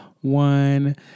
one